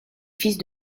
fils